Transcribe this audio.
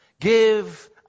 give